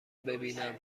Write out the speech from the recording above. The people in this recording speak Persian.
ببینم